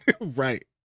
right